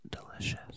delicious